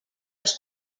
els